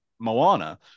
Moana